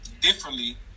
differently